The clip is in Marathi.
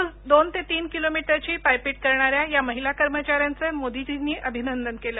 रोज दोन ते तीन किलो मीटरची पाटपीटकरणाऱया या महिला कर्मचाऱयांचे मोदींजींनी अभिनंदन केलं